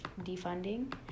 defunding